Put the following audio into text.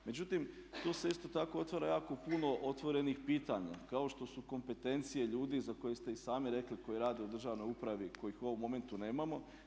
Međutim, tu se isto tako otvara jako puno otvorenih pitanja kao što su kompetencije ljudi za koje ste i sami rekli koji rade u državnoj upravi kojih u ovom momentu nemamo.